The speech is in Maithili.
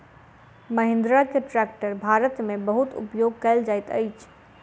महिंद्रा के ट्रेक्टर भारत में बहुत उपयोग कयल जाइत अछि